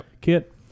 kit